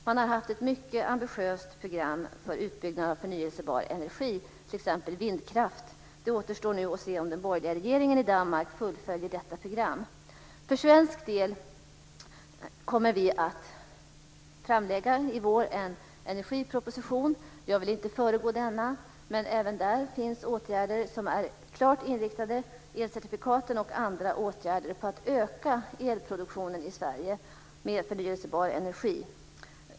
Man har haft ett mycket ambitiöst program för utbyggnad av förnybar energi, t.ex. vindkraft. Det återstår att se om den borgerliga regeringen i Danmark fullföljer detta program. För svensk del kommer vi att i vår lägga fram en energiproposition. Jag vill inte föregå denna. Men även där kommer åtgärder att föreslås - bl.a. elcertifikat - som är klart inriktade på att öka elproduktionen i Sverige med förnybar energi.